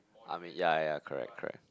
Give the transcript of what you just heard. I mean ya ya correct correct